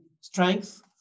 strength